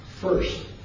First